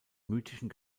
mythischen